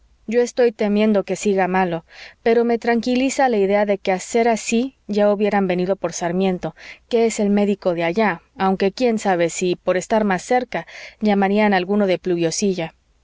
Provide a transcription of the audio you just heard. yo estoy temiendo que siga malo pero me tranquiliza la idea de que a ser así ya hubieran venido por sarmiento que es el médico de allá aunque quién sabe si por estar más cerca llamarían a alguno de pluviosilla